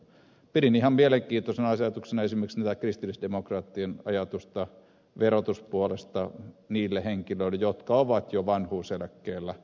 pidin ihan mielenkiintoisena ajatuksena esimerkiksi tätä kristillisdemokraattien ajatusta verotusmuutoksesta niille henkilöille jotka ovat jo vanhuuseläkkeellä